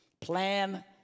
Plan